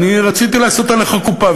אני רציתי לעשות עליך קופה,